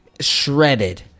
shredded